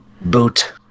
boot